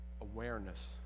awareness